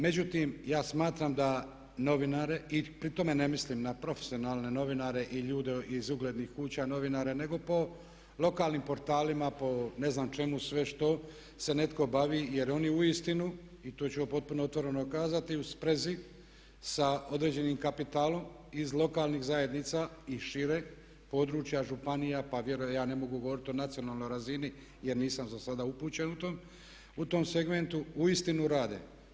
Međutim ja smatram da novinare i pri tome ne mislim na profesionalne novinare i ljude iz uglednih kuća novinara nego po lokalnim portalima, po ne znam čemu sve, što se netko bavi jer oni uistinu i tu ću vam potpuno otvoreno kazati uz prezid sa određenim kapitalom iz lokalnih zajednica i šireg područja, županija, pa ja ne mogu govoriti o nacionalnoj razini jer nisam za sada upućen u tom segmentu, uistinu rade.